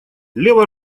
лево